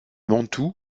mantoue